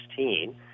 2016